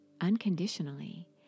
unconditionally